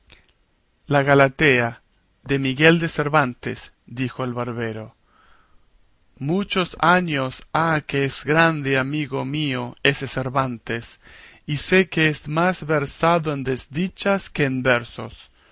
la galatea de miguel de cervantes dijo el barbero muchos años ha que es grande amigo mío ese cervantes y sé que es más versado en desdichas que en versos